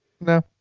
No